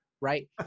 right